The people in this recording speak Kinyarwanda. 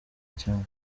cyane